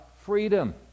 freedom